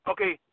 Okay